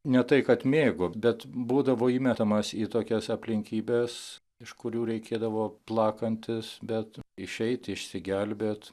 ne tai kad mėgo bet būdavo įmetamas į tokias aplinkybes iš kurių reikėdavo plakantis bet išeit išsigelbėt